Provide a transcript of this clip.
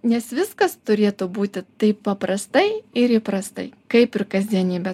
nes viskas turėtų būti taip paprastai ir įprastai kaip ir kasdienybė